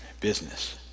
business